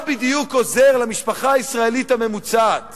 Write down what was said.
מה בדיוק עוזר למשפחה הישראלית הממוצעת